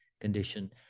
condition